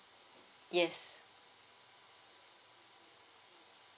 yes